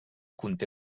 conté